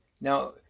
Now